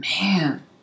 man